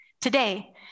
Today